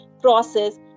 process